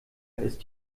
ist